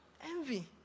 envy